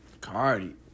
Cardi